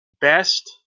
Best